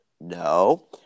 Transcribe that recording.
no